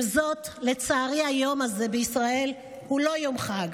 עם זאת, לצערי, היום הזה בישראל הוא לא יום חג.